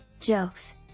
jokes